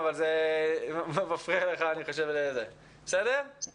אבל בעיקר של החברה הישראלית על כל השתמע